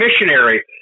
missionary